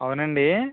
అవునండీ